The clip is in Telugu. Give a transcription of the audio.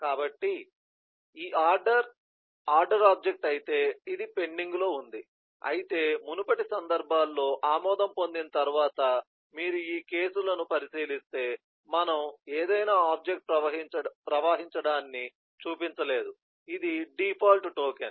కాబట్టి ఈ ఆర్డర్ ఆర్డర్ ఆబ్జెక్ట్ అయితే ఇది పెండింగ్లో ఉంది అయితే మునుపటి సందర్భాల్లో ఆమోదం పొందిన తర్వాత మీరు ఈ కేసులను పరిశీలిస్తే మనము ఏదైనా ఆబ్జెక్ట్ ప్రవహించడాన్ని చూపించలేదు ఇది డిఫాల్ట్ టోకెన్